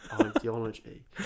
ideology